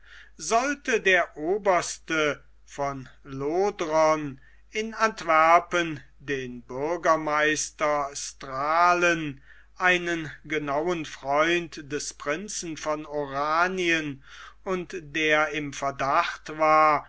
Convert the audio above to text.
sollte der oberste von lodrona in antwerpen den bürgermeister strahlen einen genauen freund des prinzen von oranien und der im verdacht war